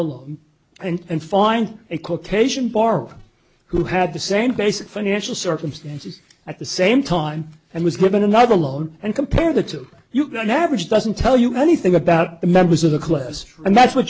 look and find a caucasian barber who had the same basic financial circumstances at the same time and was given another loan and compare the two you can average doesn't tell you anything about the members of the class and that's what